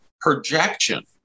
projection